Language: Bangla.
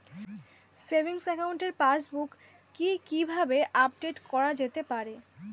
সেভিংস একাউন্টের পাসবুক কি কিভাবে আপডেট করা যেতে পারে?